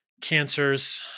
Cancers